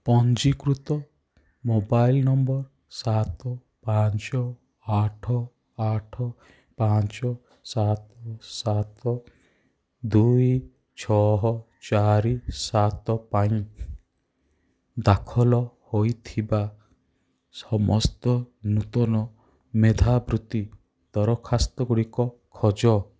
ପଞ୍ଜୀକୃତ mobile number ସାତ ପାଞ୍ଚ ଆଠ ଆଠ ପାଞ୍ଚ ସାତ ସାତ ଦୁଇ ଛଅ ଚାରି ସାତ ପାଇଁ ଦାଖଲ ହେଇଥିବା ସମସ୍ତ ନୂତନ ମେଧାବୃତ୍ତି ଦରଖାସ୍ତଗୁଡ଼ିକ ଖୋଜ